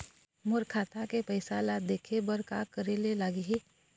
मोर खाता के पैसा ला देखे बर का करे ले लागही?